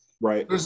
right